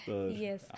Yes